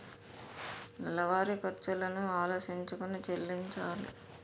నెలవారి ఖర్చులను ఆలోచించుకొని చెల్లించాలి